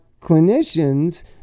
clinicians